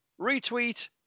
retweet